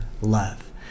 love